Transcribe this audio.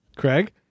Craig